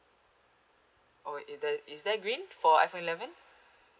oh it doe~ is there green for iphone eleven